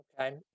Okay